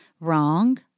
wrong